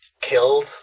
killed